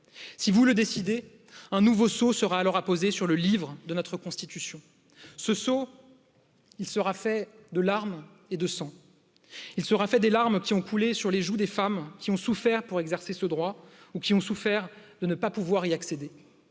Si vous le décidez, un nouveau saut sera alors apposé sur le livre de notre constitution. Ce saut. Il sera fait de larmes et de sang. il sera fait des larmes qui ont coulé sur les joues des femmes qui ont souffert pour exercer ce droit ou qui ont souffert de nee. pas pouvoir yy accéder.